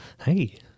Hey